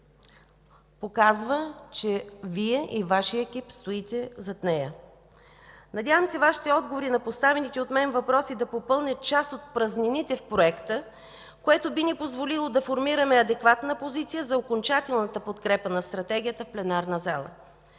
показва, че Вие и Вашия екип стоите зад нея. Надявам се Вашите отговори на поставените от мен въпроси да попълнят част от празнините в Проекта, което би ни позволило да формираме адекватна позиция за окончателната подкрепа на Стратегията в пленарната зала.